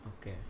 Okay